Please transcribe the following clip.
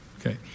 okay